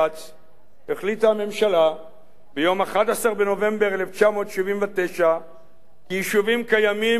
החליטה הממשלה ביום 11 בנובמבר 1979 כי יישובים קיימים יורחבו